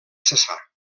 cessar